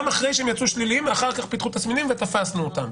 גם אחרי שהם יצאו שליליים ואחר כך פיתחו תסמינים ותפסנו אותם.